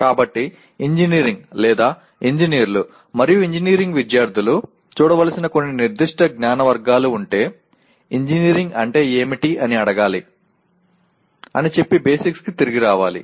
కాబట్టి ఇంజనీరింగ్ ఇంజనీర్లు మరియు ఇంజనీరింగ్ విద్యార్థులు చూడవలసిన కొన్ని నిర్దిష్ట జ్ఞాన వర్గాలు ఉంటే ఇంజనీరింగ్ అంటే ఏమిటి అని అడగాలి అని చెప్పి బేసిక్స్కి తిరిగి రావాలి